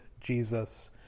Jesus